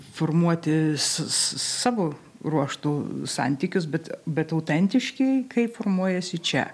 formuoti s savo ruožtu santykius bet bet autentiškieji kai formuojasi čia